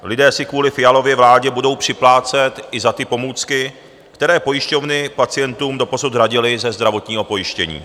Lidé si kvůli Fialově vládě budou připlácet i za ty pomůcky, které pojišťovny pacientům doposud hradily ze zdravotního pojištění.